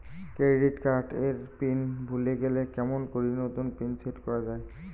Credit card এর PIN ভুলে গেলে কেমন করি নতুন পিন সেট করা য়ায়?